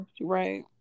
right